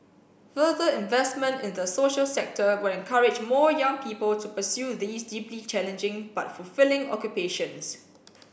further investment in the social sector will encourage more young people to pursue these deeply challenging but fulfilling occupations